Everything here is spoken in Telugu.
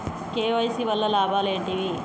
కే.వై.సీ వల్ల లాభాలు ఏంటివి?